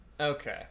okay